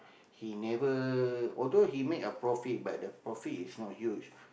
he never although he made a profit but the profit is not huge